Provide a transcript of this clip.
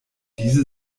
diese